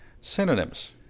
Synonyms